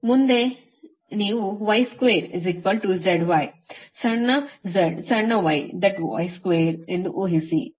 ಮುಂದೆ ನೀವು 2zy ಸಣ್ಣ z ಸಣ್ಣ y that 2 ಎಂದು ಊಹಿಸಿ ಇದು ಸಮೀಕರಣ 24 ಸರಿನಾ